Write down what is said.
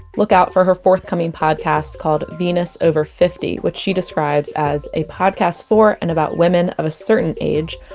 look out for her forthcoming podcast called venus over fifty, which she describes as a podcast for and about women of a certain age,